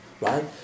right